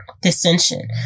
dissension